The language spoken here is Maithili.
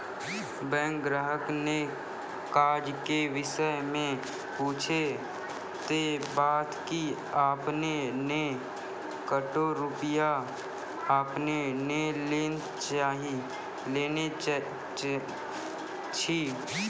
बैंक ग्राहक ने काज के विषय मे पुछे ते बता की आपने ने कतो रुपिया आपने ने लेने छिए?